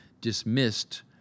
dismissed